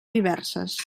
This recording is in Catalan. diverses